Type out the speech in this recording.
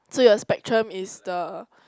so your spectrum is the